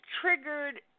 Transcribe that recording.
triggered